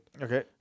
Okay